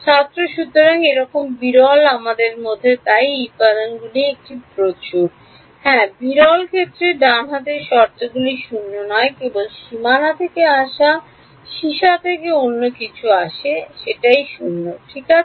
ছাত্র সুতরাং এরকম বিরল মধ্যে আমাদের তাই এর উপাদানগুলির একটি প্রচুর Refer Time 2205 হ্যাঁ বিরল ক্ষেত্রে ডান হাতের শর্তগুলি শূন্য নয় কেবল সীমানা থেকে আসা সীসা থেকে অন্য কিছু আসে 0 ঠিক আছে